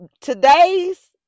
today's